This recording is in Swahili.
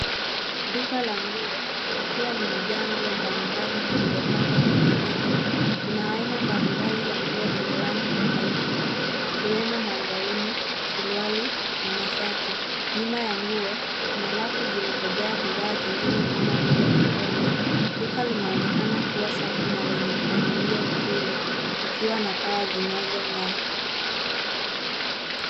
Duka la nguo likiwa limejaa nguo mbalimbali zilizopangwa kwenye reki, kuna haina mbalimbali za nguo zenye rangi tofauti ikiwemo magauni, suruali na mashati. Nyuma ya nguo kuna rafu zilizojaa bidhaa zingine kama vile mikoba, duka linaonekana kuwa safi na lenye mpangilio mzuri likiwa na taa zinazong'aa.